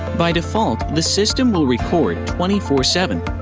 by default, the system will record twenty four seven.